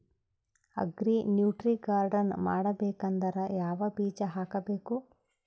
Agri nutri garden ಮಾಡಬೇಕಂದ್ರ ಯಾವ ಬೀಜ ಹಾಕಬೇಕು?